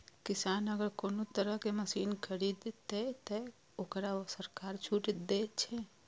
किसान अगर कोनो तरह के मशीन खरीद ते तय वोकरा सरकार छूट दे छे?